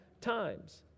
times